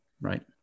Right